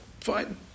fine